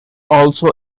also